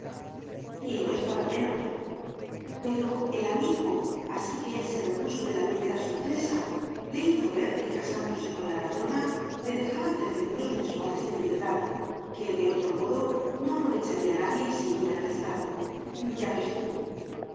no es para menos pero el amigo así que él se repuso de la primera sorpresa le hizo ver que casándose con la patrona le dejaba trece duros mensuales de viudedad que de otro modo no aprovecharía nadie y se irían al estado ya ves tú